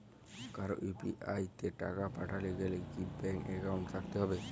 কারো ইউ.পি.আই তে টাকা পাঠাতে গেলে কি ব্যাংক একাউন্ট থাকতেই হবে?